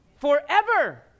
forever